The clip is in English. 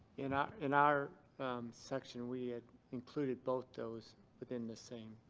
in our in our section, we had included both those within the same.